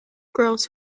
girls